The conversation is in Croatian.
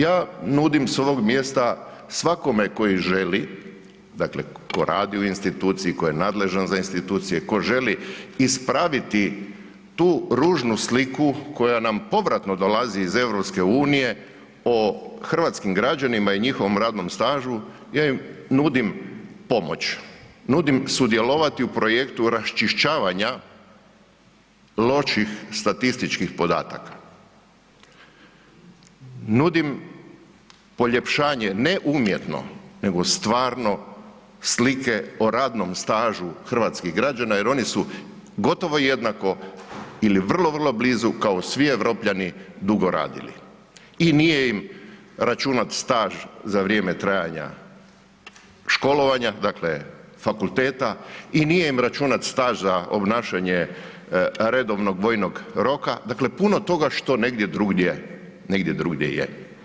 Ja nudim s ovog mjesta svakome koji želi, dakle koji radi u instituciji, koji je nadležan za institucije, tko želi ispraviti tu ružnu sliku koja nam povratno dolazi iz EU o hrvatskim građanima i njihovom radnom stažu, ja im nudim pomoć, nudim sudjelovati u projektu raščišćavanja loših statističkih podataka, nudim poljepšanje, ne umjetno nego stvarno, slike o radnom stažu hrvatskih građana jer oni su gotovo jednako ili vrlo, vrlo blizu kao svi Europljani dugo radili i nije im računat staž za vrijeme trajanja školovanja, dakle fakulteta i nije im računat staž za obnašanje redovnog vojnog roka, dakle puno toga što negdje drugdje je.